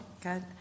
Good